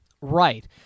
Right